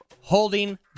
holding